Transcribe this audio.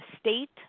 state